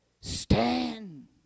Stand